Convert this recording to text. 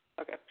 Okay